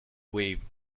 waived